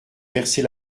verser